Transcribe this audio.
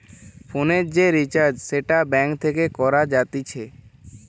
ফোনের যে রিচার্জ সেটা ব্যাঙ্ক থেকে করা যাতিছে